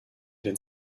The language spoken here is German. den